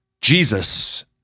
Jesus